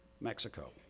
Mexico